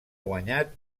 guanyat